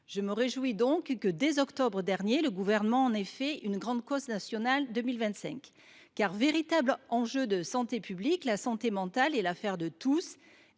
Je me réjouis donc que, dès octobre dernier, le Gouvernement ait fait d’elle la grande cause nationale de 2025. Véritable enjeu de santé publique, la santé mentale est l’affaire de tous.